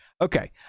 Okay